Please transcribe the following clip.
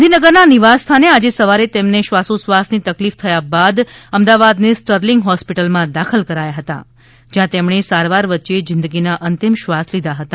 ગાંધીનગરના નિવાસ સ્થાને આજે સવારે તેમને શ્વાસોશ્વાસની તકલીફ થયા બાદ અમદાવાદની સ્ટરલિંગ હોસ્પિટલમાં દાખલ કરાયા હતા જ્યાં તેમણે સારવાર વચ્ચે જિંદગીના અંતિમ શ્વાસ લીધા હતા